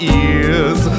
ears